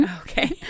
Okay